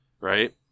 right